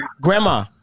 grandma